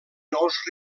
nous